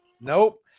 Nope